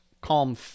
calm